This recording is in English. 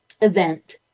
event